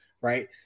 right